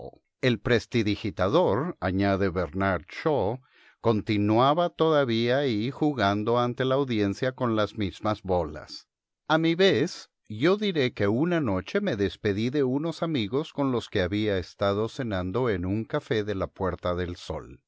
el mismo music hall el prestidigitador añade bernard shaw continuaba todavía allí jugando ante la audiencia con las mismas bolas a mi vez yo diré que una noche me despedí de unos amigos con los que había estado cenando en un café de la puerta del sol